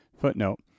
footnote